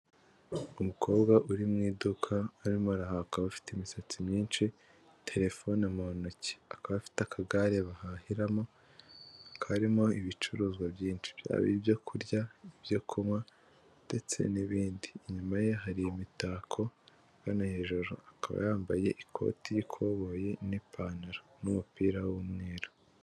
Umukobwa uri mu iduka arimo arahaha akaba afite imisatsi myinshi, telefone mu ntoki, akaba afite akagare bahahiramo karimo ibicuruzwa byinshi byaba ibyo kurya ibyo kunywa ndetse n'ibindi, inyuma ye hari imitako, ahagana hejuru akaba yambaye ikoti y'ikoboyi n'ipantalo n'umupira w'umweru.